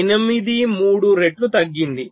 83 రెట్లు తగ్గింది